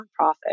nonprofit